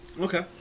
Okay